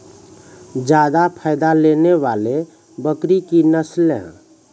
जादा फायदा देने वाले बकरी की नसले?